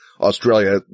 Australia